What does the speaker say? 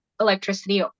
electricity